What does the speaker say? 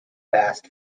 fast